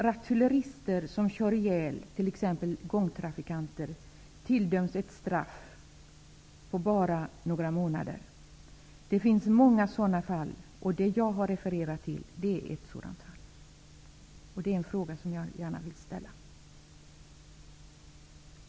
Rattfyllerister som t.ex. kör ihjäl gångtrafikanter tilldöms ett straff på bara några månader. Det finns många sådana fall. Jag har refererat till ett sådant fall. Detta är en fråga som jag gärna vill ställa till justitieministern.